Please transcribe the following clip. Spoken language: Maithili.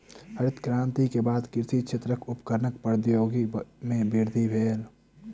हरित क्रांति के बाद कृषि क्षेत्रक उपकरणक प्रौद्योगिकी में वृद्धि भेल